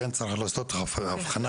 כן צריכים לעשות אבחנה,